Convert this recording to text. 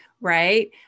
right